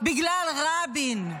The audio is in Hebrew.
בגלל רבין.